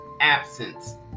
absence